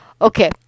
Okay